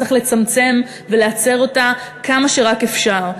צריך לצמצם ולהצר אותה כמה שרק אפשר.